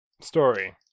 story